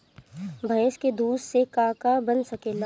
भइस के दूध से का का बन सकेला?